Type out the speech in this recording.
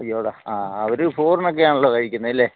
അയ്യോ എടാ ആ അവർ ഫോറിന് ഒക്കെ ആണല്ലോ കഴിക്കുന്നത് അല്ലേ